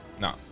No